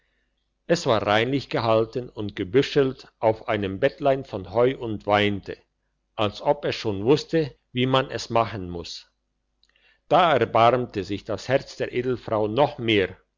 es war reinlich gehalten und gebüschelt auf einem bettlein von heu und weinte als ob es schon wusste wie man es machen muss da erbarmte sich das herz der edelfrau noch mehr